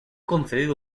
concedido